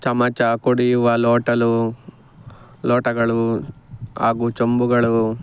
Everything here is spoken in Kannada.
ಚಮಚ ಕುಡಿಯುವ ಲೋಟಲು ಲೋಟಗಳು ಹಾಗೂ ಚೊಂಬುಗಳು